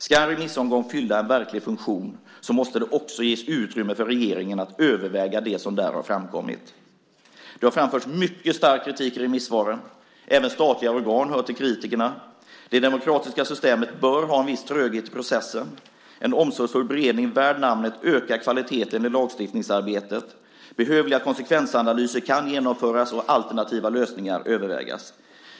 Ska en remissomgång fylla en verklig funktion måste det också ges utrymme för regeringen att överväga det som där har framkommit. Det har framförts mycket stark kritik i remissvaren. Även statliga organ hör till kritikerna. Det demokratiska systemet bör ha en viss tröghet i processen. En omsorgsfull beredning värd namnet ökar kvaliteten i lagstiftningsarbetet. Behövliga konsekvensanalyser kan genomföras och alternativa lösningar övervägas.